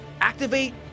activate